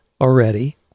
already